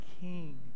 king